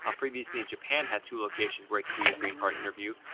ah previously and japan had two locations where you can do your green card interview,